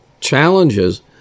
challenges